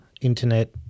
internet